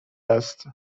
است